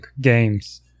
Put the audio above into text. games